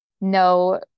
no